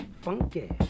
Funky